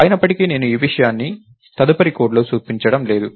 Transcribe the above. అయినప్పటికీ నేను ఈ విషయాన్ని తదుపరి కోడ్లో చూపించబోవడం లేదు